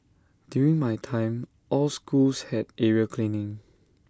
during my time all schools had area cleaning